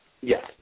Yes